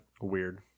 Weird